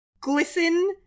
glisten